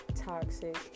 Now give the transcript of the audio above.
toxic